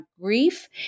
grief